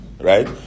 right